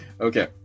Okay